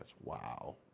Wow